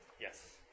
Yes